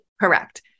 Correct